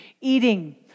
eating